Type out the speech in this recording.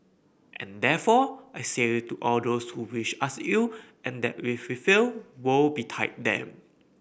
and therefore I say to all those who wish us ill and that if we fail woe betide them